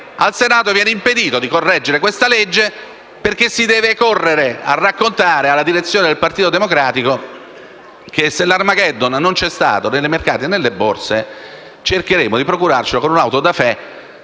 al Senato viene impedito di correggere tale legge, perché si deve correre a raccontare alla direzione del Partito Democratico che se l'Armageddon nei mercati e nelle borse non c'è stato, cercheremo di procurarcelo con un *auto da fè*,